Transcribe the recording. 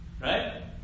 Right